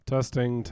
Testing